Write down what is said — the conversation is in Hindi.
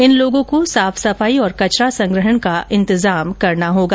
इन लोगों को साफ सफाई और कचरा संग्रहण का इंतजाम करना होगा